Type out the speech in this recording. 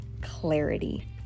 clarity